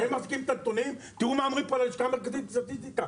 תראו מה אומרים פה על הלשכה המרכזית לסטטיסטיקה,